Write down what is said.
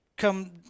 come